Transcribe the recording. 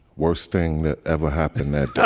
worst thing that ever happened and